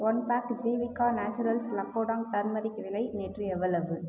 one pack Jeevika naturals Lakadong turmeric விலை நேற்று எவ்வளவு